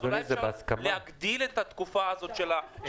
אז אולי אפשר להגדיל את התקופה הזאת של השובר.